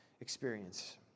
experience